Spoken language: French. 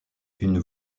une